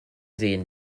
sehen